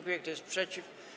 Kto jest przeciw?